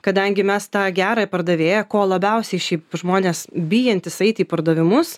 kadangi mes tą gerąjį pardavėją ko labiausiai ši žmonės bijantys eiti į pardavimus